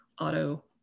auto